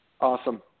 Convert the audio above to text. Awesome